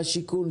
בשיכון,